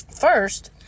First